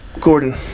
Gordon